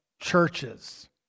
churches